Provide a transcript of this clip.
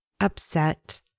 upset